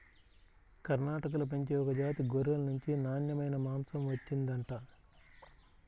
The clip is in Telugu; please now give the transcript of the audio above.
కర్ణాటకలో పెంచే ఒక జాతి గొర్రెల నుంచి నాన్నెమైన మాంసం వచ్చిండంట